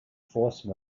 force